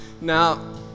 Now